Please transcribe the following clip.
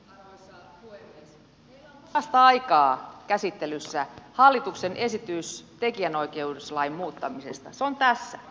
meillä on parasta aikaa käsittelyssä hallituksen esitys tekijänoikeuslain muuttamisesta se on tässä